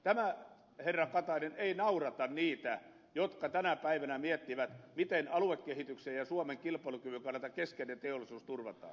tämä herra katainen ei naurata niitä jotka tänä päivänä miettivät miten aluekehityksen ja suomen kilpailukyvyn kannalta keskeinen teollisuus turvataan